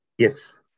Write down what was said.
Yes